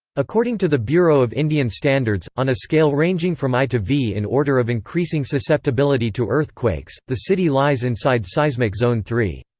according to the bureau of indian standards, on a scale ranging from i to v in order of increasing susceptibility to earthquakes, the city lies inside seismic zone iii.